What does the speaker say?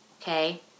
okay